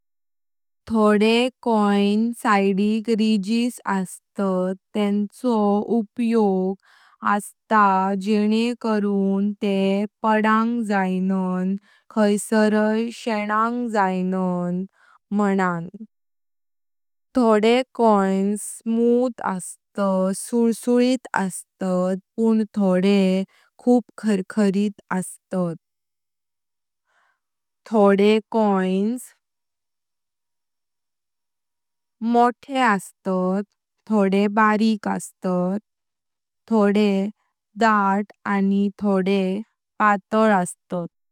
थोडे कॉइनं सिडीक रिजेस असतात तेंचो उपयोग अस्तां जेनें कारून ते पाडांग जाइनां खाइसाराय शेनांग जाइनां मनां। थोडे कॉइन स्मूथ असतात, पण थोडे खूप खारखारीत। थोडे कॉइन मोठे असतात थोडे बारिक, थोडे दाट आनी थोडे पातळ।